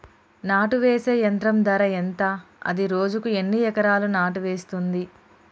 నాటు వేసే యంత్రం ధర ఎంత? అది రోజుకు ఎన్ని ఎకరాలు నాటు వేస్తుంది?